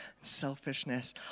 selfishness